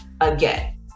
Again